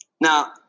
now